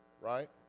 Right